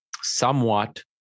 somewhat